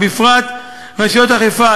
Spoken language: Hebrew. ובפרט רשויות האכיפה,